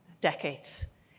decades